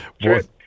Good